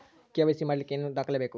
KYC ಮಾಡಲಿಕ್ಕೆ ಏನೇನು ದಾಖಲೆಬೇಕು?